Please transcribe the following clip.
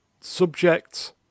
Subject